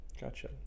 Gotcha